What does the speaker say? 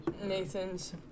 Nathan's-